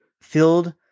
filled